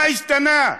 מה השתנה?